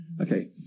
Okay